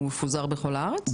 הוא מפוזר בכל הארץ?